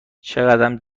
چقدم